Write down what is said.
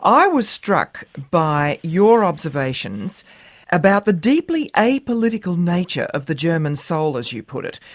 i was struck by your observations about the deeply apolitical nature of the german soul, as you put it,